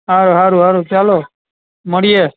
હારું હારું ચાલો મળીએ